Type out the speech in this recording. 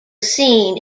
seen